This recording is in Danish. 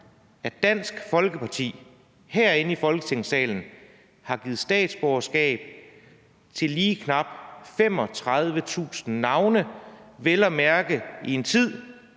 at Dansk Folkeparti herinde i Folketingssalen har givet statsborgerskab til lige knap 35.000 borgere, vel at mærke i en tid,